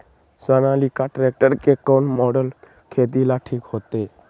Sonalika tractor के कौन model खेती ला ठीक होतै?